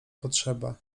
potrzeba